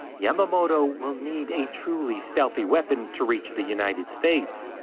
yamamato will need a truly stealthy weapon to reach the united states.